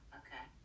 okay